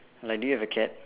like do you have a cat